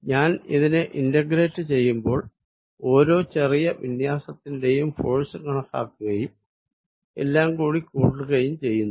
ഞാൻ ഇതിനെ ഇന്റഗ്രേറ്റ് ചെയ്യുമ്പോൾ ഓരോ ചെറിയ വിന്യാസത്തിന്റെയും ഫോഴ്സ് കണക്കാക്കുകയും എല്ലാം കൂടി കൂട്ടുകയും ചെയ്യുന്നു